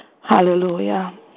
Hallelujah